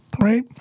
right